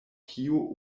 kiu